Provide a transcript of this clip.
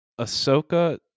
ahsoka